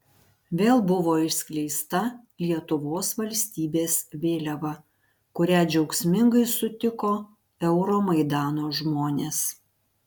vėl buvo išskleista lietuvos valstybės vėliava kurią džiaugsmingai sutiko euromaidano žmonės